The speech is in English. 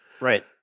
Right